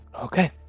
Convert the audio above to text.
Okay